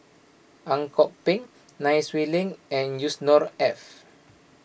Ang Kok Peng Nai Swee Leng and Yusnor Ef